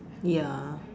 ya